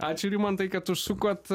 ačiū rimantai kad užsukot